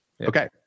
Okay